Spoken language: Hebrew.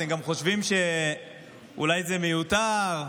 אתם גם חושבים שאולי זה מיותר,